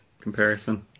comparison